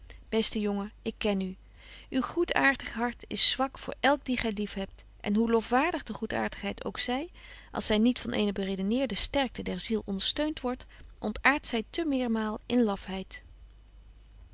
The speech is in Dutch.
beste jongen ik ken u uw goedaartig hart is zwak voor elk die gy lief hebt en hoe lofwaardig de goedaartigheid ook zy als zy betje wolff en aagje deken historie van mejuffrouw sara burgerhart niet van eene beredeneerde sterkte der ziel ondersteunt wordt ontaart zy te meermaal in lafheid